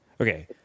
Okay